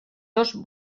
dos